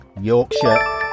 Yorkshire